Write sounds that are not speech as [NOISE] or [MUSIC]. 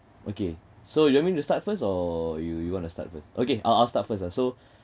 okay so you want me to start first or you you want to start first okay I'll I'll start first lah so [BREATH]